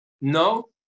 No